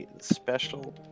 Special